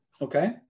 okay